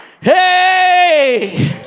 Hey